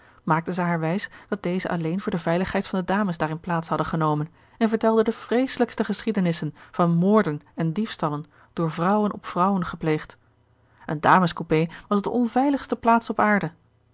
maakte zij haar wijs dat deze alleen voor de veiligheid van de dames daarin plaats hadden genomen en vertelde de vreeselijkste geschiedenissen van moorden en diefstallen door vrouwen op vrouwen gepleegd eene damescoupé was de onveiligste plaats op aarde